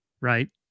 right